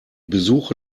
besuche